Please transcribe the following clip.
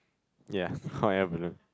ya hot air balloon